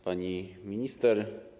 Pani Minister!